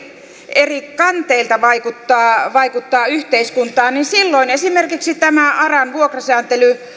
eri kanteilta vaikuttaa vaikuttaa yhteiskuntaan niin silloin esimerkiksi tämä aran vuokrasääntely